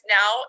now